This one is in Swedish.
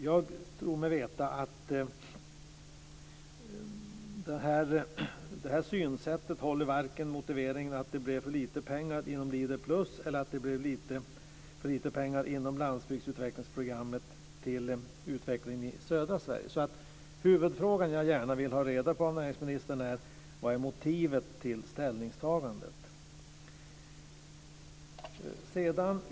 Jag tror mig veta att det här synsättet varken på ett hållbart sätt kan motiveras med att det blev för lite pengar inom Leader-plus eller att det blev för lite pengar inom Landsbygdsutvecklingsprogrammet till utvecklingen i södra Sverige. Huvudfrågan jag gärna vill ha svar på från näringsministern är: Vad är motivet till ställningstagandet?